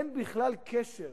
אין בכלל קשר